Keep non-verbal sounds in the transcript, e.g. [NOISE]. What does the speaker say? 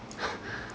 [BREATH]